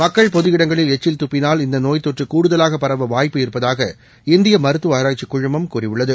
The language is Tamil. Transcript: மக்கள் பொது இடங்களில் எச்சில் துப்பினால் இந்தநோய் தொற்றுகூடுதலாக பரவ வாய்ப்பு இருப்பதாக இந்தியமருத்துவஆராய்ச்சிக் குழுமம் கூறியுள்ளது